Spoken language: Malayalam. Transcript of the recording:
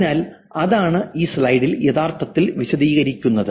അതിനാൽ അതാണ് ഈ സ്ലൈഡിൽ യഥാർത്ഥത്തിൽ വിശദീകരിച്ചിരിക്കുന്നത്